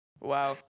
Wow